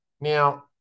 Now